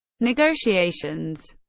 negotiations